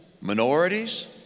minorities